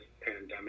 pandemic